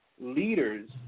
leaders